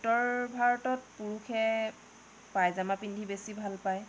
উত্তৰ ভাৰতত পুৰুষে পায়জামা পিন্ধি বেছি ভাল পায়